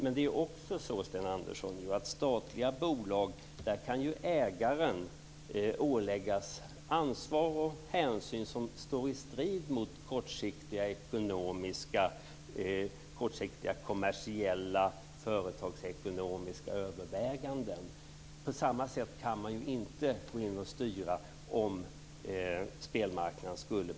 Men i statliga bolag kan ägaren åläggas ansvar och hänsyn som står i strid med kortsiktiga kommersiella företagsekonomiska överväganden. Om spelmarknaden skulle privatiseras kan man inte gå in och styra på samma sätt.